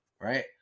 right